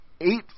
eight